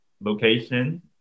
location